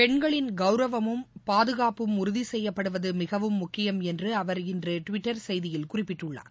பென்களின் கௌரவமும் பாதகாப்பும் உறுதி செய்யப்படுவது மிகவும் முக்கியம் என்று அவர் இன்று டுவிட்டர் செய்தியில் குறிப்பிட்டுள்ளார்